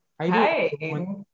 Hi